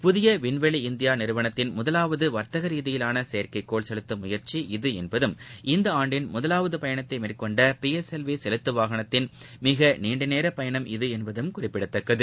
புதிய விண்வெளி இந்தியா நிறுவனத்தின் முதலாவது வர்த்தக ரீதியாள செயற்கைக்கோள் செலுத்தும் முயற்சி இது என்பதும் இந்த ஆண்டின் முதவாவது பயனத்தை மேற்கொண்ட பி எஸ் எல் வி செலுத்துவாகனத்தின் மீக நீண்டநேர பயணம் இது என்பதும் குறிப்பிடத்தக்கது